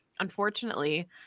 Unfortunately